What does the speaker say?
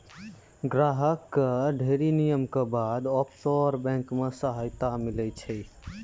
ग्राहक कअ ढ़ेरी नियम के बाद ऑफशोर बैंक मे सदस्यता मीलै छै